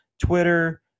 Twitter